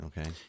okay